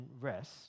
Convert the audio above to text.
rest